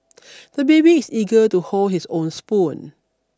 the baby is eager to hold his own spoon